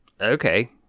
okay